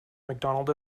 mcdonald